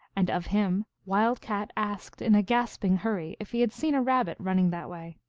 and of him wild cat asked in a gasping hurry if he had seen a rabbit running that way.